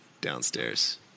downstairs